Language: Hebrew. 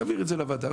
תעביר את זה לוועדה,